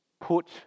put